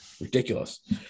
Ridiculous